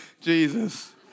Jesus